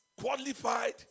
qualified